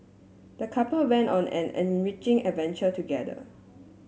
the couple went on an enriching adventure together